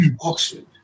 Oxford